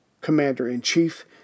Commander-in-Chief